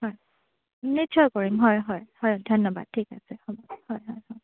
হয় নিশ্চয় কৰিম হয় হয় ধন্যবাদ ঠিক আছে হ'ব হয় হয় হয়